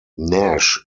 nash